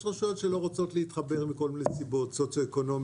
יש רשויות שלא רוצות להתחבר מכול מיני סיבות סוציו-אקונומיות,